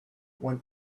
when